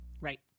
Right